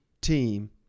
team